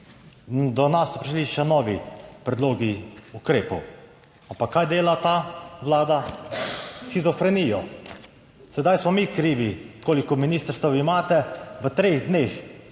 Do nas so prišli še novi predlogi ukrepov, ampak kaj dela ta vlada, shizofrenijo. Sedaj smo mi krivi, koliko ministrstev imate, v treh dneh pa